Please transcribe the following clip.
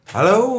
Hello